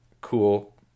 cool